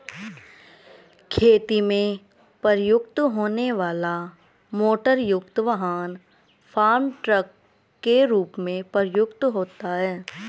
खेती में प्रयुक्त होने वाला मोटरयुक्त वाहन फार्म ट्रक के रूप में प्रयुक्त होता है